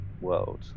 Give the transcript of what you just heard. world